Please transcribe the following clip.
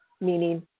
meaning